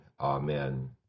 Amen